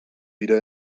wieder